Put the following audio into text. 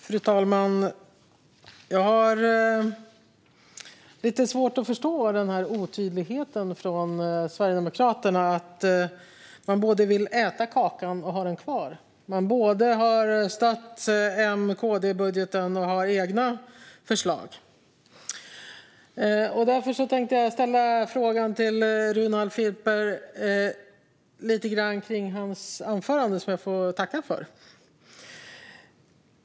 Fru talman! Jag har lite svårt att förstå otydligheten från Sverigedemokraterna. Man vill både äta kakan och ha den kvar. Man både har stöttat M-KD-budgeten och har egna förslag. Därför tänkte jag ställa en fråga till Runar Filper om hans anförande, som jag får tacka för.